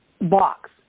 box